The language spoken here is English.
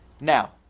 Now